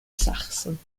sachsen